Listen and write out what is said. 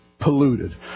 polluted